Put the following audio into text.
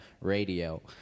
radio